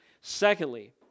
Secondly